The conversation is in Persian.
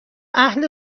اهل